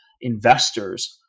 investors